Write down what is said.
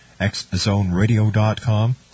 xzoneradio.com